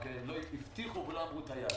רק שהבטיחו ולא נתנו יעד.